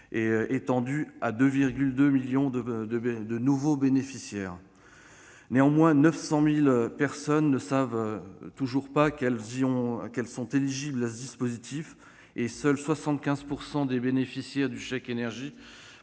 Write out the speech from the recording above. et étendu à 2,2 millions de nouveaux bénéficiaires. Néanmoins, 900 000 personnes ne savent toujours pas qu'elles sont éligibles à ce dispositif et seuls 75 % de ses bénéficiaires profitent